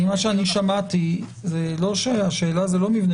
שמעתי שברשות